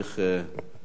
נכון לעכשיו,